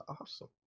awesome